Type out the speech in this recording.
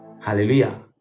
hallelujah